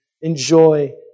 Enjoy